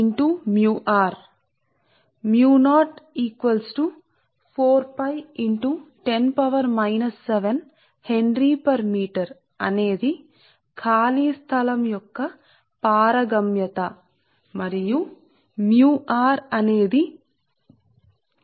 కాబట్టి మనం చేయగలిగేది ఏమిటంటే సమీకరణం 4 లో ని భర్తీ చేయడం అంటే ఈ సమీకరణం ఈ సమీకరణం 4 అంటే ఈ సమీకరణం మీరు ddt ను j 𝛚 మరియు Ѱ కి బదులుగా Ѱ కి బదులుగా ƛ మరియు l రెండూ సమానం మీరు తీసుకునేవి అని చెప్పాను